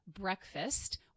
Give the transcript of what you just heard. breakfast